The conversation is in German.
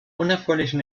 unerfreulichen